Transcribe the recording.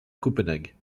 copenhague